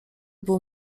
było